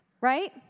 right